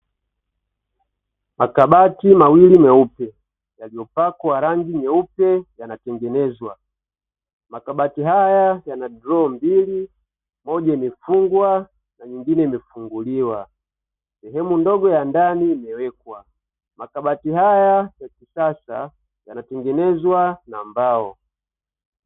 Makabati mawili meupe yaliyopakwa rangi nyeupe yanatengenezwa, makabati haya yana droo mbili, moja imefungwa na nyingine imefunguliwa sehemu ndogo ya ndani imewekwa. Makabati haya ya kisasa yanatengenezwa na mbao.